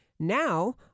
Now